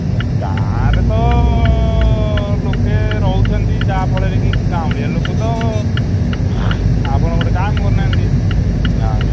ନାଇଁ ଗାଁରେ ତ ଲୋକେ ରହୁଛନ୍ତି ଯାହାଫଳରେକି ଗାଉଁଲିଆ ଲୋକ ତ ଆପଣ ଗୋଟେ କାମ କରୁନାହାନ୍ତି ନାଁ